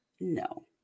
No